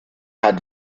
hat